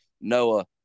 Noah